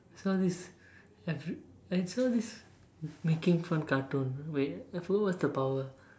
saw this every I saw making fun cartoon wait I forgot what's the power